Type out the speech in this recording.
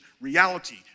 reality